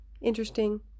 interesting